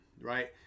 right